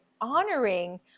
honoring